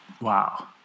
Wow